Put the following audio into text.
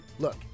Look